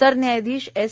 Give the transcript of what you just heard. सरन्यायाधीश एस